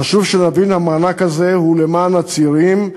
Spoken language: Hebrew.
חשוב שנבין: המענק הזה הוא למען הצעירים,